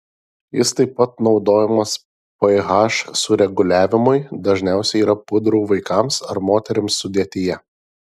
jis taip pat naudojamas ph sureguliavimui dažniausiai yra pudrų vaikams ar moterims sudėtyje